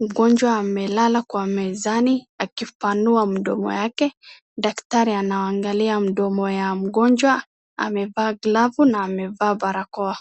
mgonjwa amelala kwa mezani akipanua mdiomo yake daktari anaangalia mdomo ya mgonjwa amevaa glavu na amevaa barakoa.